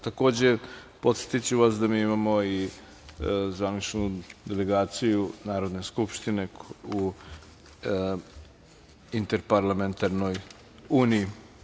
Takođe, podsetiću vas da mi imamo zvaničnu delegaciju Narodne skupštine u Interparlamentarnoj uniji.